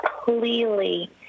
clearly